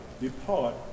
depart